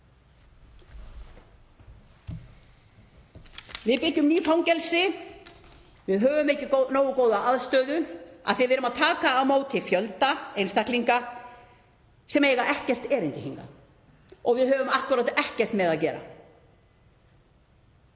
Við byggjum ný fangelsi, við höfum ekki nógu góða aðstöðu af því að við erum að taka á móti fjölda einstaklinga sem eiga ekkert erindi hingað og við höfum akkúrat ekkert með að gera.